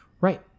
Right